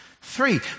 Three